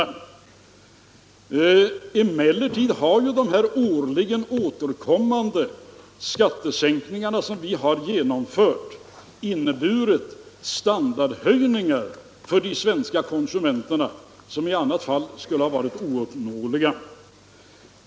Emellertid har de årligen återkommande skattesänkningar som vi har genomfört inneburit standardhöjningar för de svenska konsumenterna som i annat fall skulle ha varit ouppnåeliga.